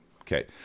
okay